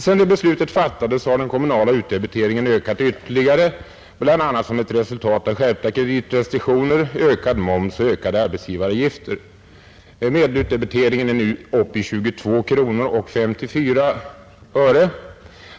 Sedan detta beslut fattades har den kommunala utdebiteringen ökat ytterligare, bl.a. som ett resultat av skärpta kreditrestriktioner, ökad moms och ökade arbetsgivaravgifter. Medelutdebiteringen är nu uppe i 22:54 kronor.